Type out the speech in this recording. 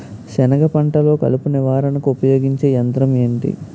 సెనగ పంటలో కలుపు నివారణకు ఉపయోగించే యంత్రం ఏంటి?